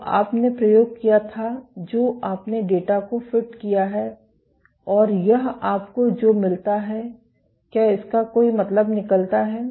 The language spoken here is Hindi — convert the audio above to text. तो आपने प्रयोग किया था जो आपने डेटा को फिट किया है और यह आपको जो मिलता है क्या इसका कोई मतलब निकलता है